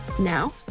Now